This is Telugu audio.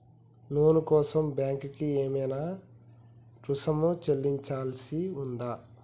లోను కోసం బ్యాంక్ కి ఏమైనా రుసుము చెల్లించాల్సి ఉందా?